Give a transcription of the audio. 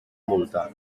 multa